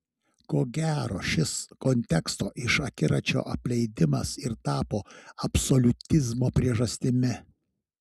ko gero šis konteksto iš akiračio apleidimas ir tapo absoliutizmo priežastimi